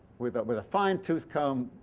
with but with a fine-toothed comb,